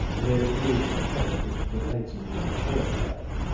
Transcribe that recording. there is a public which delights in being horrified,